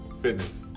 fitness